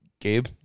Gabe